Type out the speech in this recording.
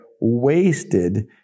wasted